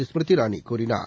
ஸ்மிருதி இரானி கூறினார்